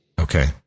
Okay